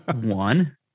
one